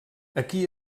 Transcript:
aquí